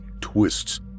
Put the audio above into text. twists